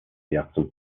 jackson